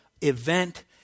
event